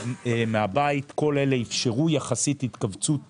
מהבית כל אלה אפשרו יחסית התכווצות